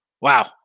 wow